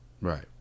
Right